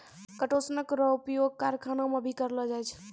किटोसनक रो उपयोग करखाना मे भी करलो जाय छै